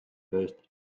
burst